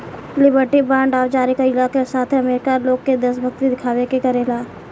liberty bond जारी कईला के साथे अमेरिका लोग से देशभक्ति देखावे के कहेला